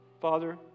Father